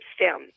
stem